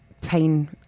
pain